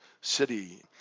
city